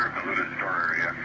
the looted store